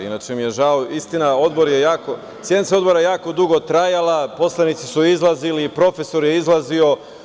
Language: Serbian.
Inače, žao mi je, istina je da je sednica Odbora jako dugo trajala, poslanici su izlazili, profesor je izlazio.